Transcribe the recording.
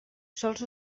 sols